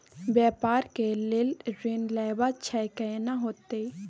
व्यापार के लेल ऋण लेबा छै केना होतै?